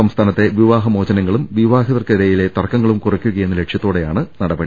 സംസ്ഥാനത്തെ വിവാഹ മോചനങ്ങളും വിവാഹിതർക്കിടയിലെ തർക്കങ്ങളും കുറയ്ക്കുക എന്ന ലക്ഷ്യത്തോടെയാണ് നടപടി